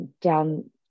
down